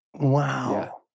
Wow